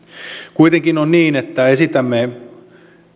kuitenkin on niin että esitämme